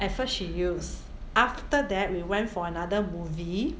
at first she use after that we went for another movie